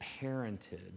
parented